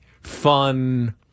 fun